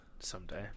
someday